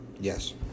Yes